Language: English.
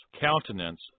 countenance